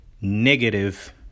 negative